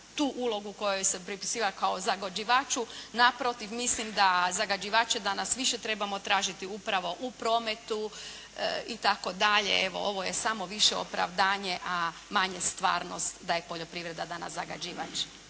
tu ulogu koja joj se pripisiva kao zagađivaču. Naprotiv, mislim da zagađivače danas više trebamo tražiti upravo u prometu itd. evo, ovo je samo više opravdanje, a manje stvarnost da je poljoprivreda danas zagađivač.